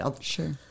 sure